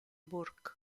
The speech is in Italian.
burke